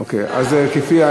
אוקיי, אז כפי,